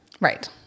Right